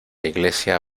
iglesia